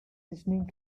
listening